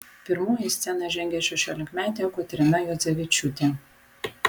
pirmoji į sceną žengė šešiolikmetė kotryna juodzevičiūtė